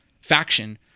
faction